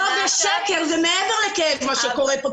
זה שקר, זה מעבר לכאב מה שקורה פה.